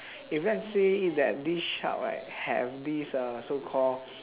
if let's say that this shark right have this uh so call